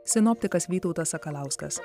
sinoptikas vytautas sakalauskas